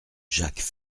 jacques